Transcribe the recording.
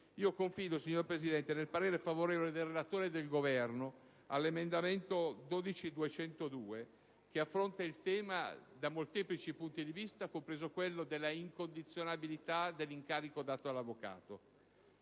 Confido nel parere favorevole del relatore e del Governo sull'emendamento 12.202 che affronta il tema da molteplici punti di vista, compreso quello della incondizionabilità dell'incarico dato all'avvocato,